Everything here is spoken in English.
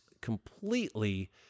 completely